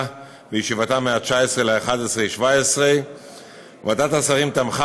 בישיבתה מ-19 בנובמבר 2017. ועדת השרים תמכה